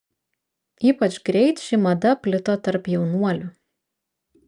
ypač greit ši mada plito tarp jaunuolių